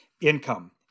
income